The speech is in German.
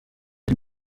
den